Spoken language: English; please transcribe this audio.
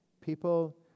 People